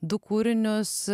du kūrinius